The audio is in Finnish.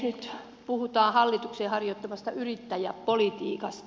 nyt puhutaan hallituksen harjoittamasta yrittäjäpolitiikasta